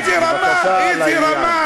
איזו רמה.